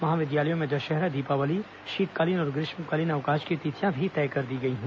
महाविद्यालयों में दशहरा दीपावली शीतकालीन और ग्रीष्मकालीन अवकाश की तिथियां भी निर्धारित की गई हैं